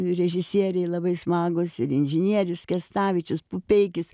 režisieriai labai smagūs ir inžinierius kęstavičius pupeikis